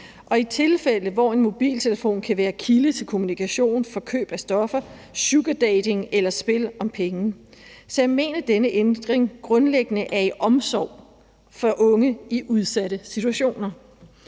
og det samme gælder mobiltelefoner, der kan være kilde til kommunikation med henblik på køb af stoffer, sugardating eller spil om penge. Så jeg mener, at denne ændring grundlæggende er af omsorg for unge i udsatte situationer.